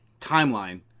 timeline